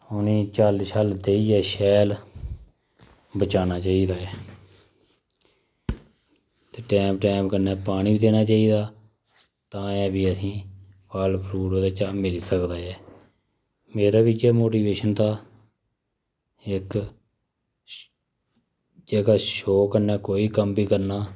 उनेंगी झल्ल शल देइयै शैल बचाना चाहिदा ऐ ते टैम टैम कन्नै पानी बी देना चाहिदा ऐ तां गै फ्ही असेंगी फल फ्रूट ओह्दे चा मिली सकदा ऐ मेरा बी इयै मोटिवेशन था कि इक जगह शौक कन्नै कोई कम्म बी करना